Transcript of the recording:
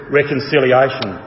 reconciliation